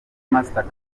mastercard